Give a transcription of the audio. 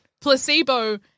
placebo